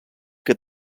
que